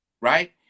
right